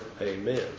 Amen